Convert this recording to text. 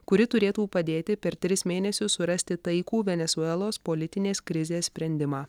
kuri turėtų padėti per tris mėnesius surasti taikų venesuelos politinės krizės sprendimą